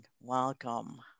welcome